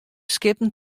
skippen